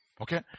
Okay